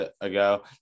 ago